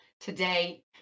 today